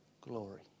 Glory